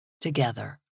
together